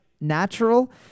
natural